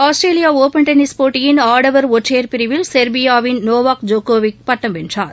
Australia open tennis போட்டியின் ஆடவர் ஒற்றையர் பிரிவில் சொ்பியாவின் நோவாக் ஜோக்கோவிக் பட்டம் வென்றார்